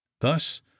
thus